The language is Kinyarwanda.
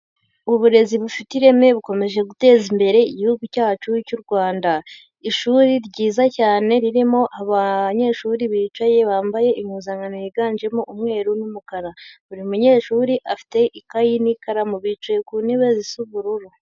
Uburezi bufite ireme bukomeje guteza imbere igihugu cyacu cy'u Rwanda, ishuri ryiza cyane ririmo abanyeshuri bicaye bambaye impuzankano yiganjemo umweru n'umukara, buri munyeshuri afite ikayi n'ikaramu, bicaye ku ntebe zisa ubururu.